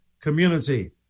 community